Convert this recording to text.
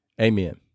Amen